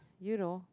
you know